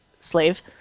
slave